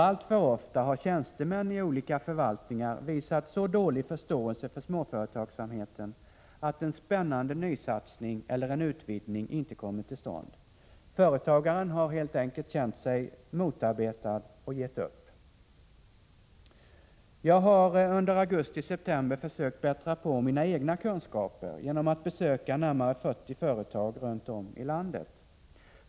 Alltför ofta har tjänstemän i olika förvaltningar visat så dålig förståelse för småföretagsamheten att en spännande nysatsning eller en utvidgning inte kommit till stånd. Företagaren har helt enkelt känt sig motarbetad och gett upp! Jag har under augusti-september försökt bättra på mina egna kunskaper genom att besöka närmare 40 företag runt om i landet.